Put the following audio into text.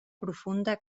profunda